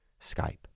Skype